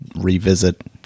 revisit